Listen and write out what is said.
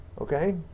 Okay